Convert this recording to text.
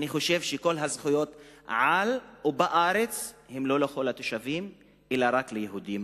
אני חושב שכל הזכויות על הארץ ובארץ הן לא לכל התושבים אלא רק ליהודים.